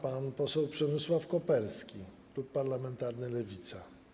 Pan poseł Przemysław Koperski, klub parlamentarny Lewica.